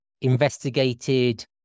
investigated